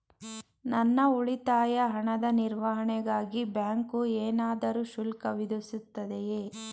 ನನ್ನ ಉಳಿತಾಯ ಹಣದ ನಿರ್ವಹಣೆಗಾಗಿ ಬ್ಯಾಂಕು ಏನಾದರೂ ಶುಲ್ಕ ವಿಧಿಸುತ್ತದೆಯೇ?